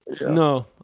No